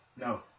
no